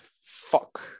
fuck